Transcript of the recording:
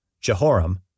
Jehoram